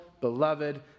beloved